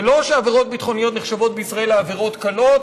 זה לא שעבירות ביטחוניות נחשבות בישראל לעבירות קלות